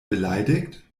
beleidigt